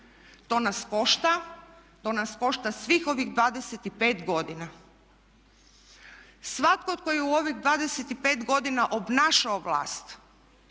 To nas košta, to nas košta svih ovih 25 godina. Svatko tko je u ovih 25 godina obnašao vlast